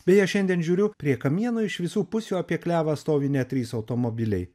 beje šiandien žiūriu prie kamieno iš visų pusių apie klevą stovi net trys automobiliai